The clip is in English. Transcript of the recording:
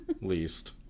least